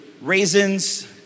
raisins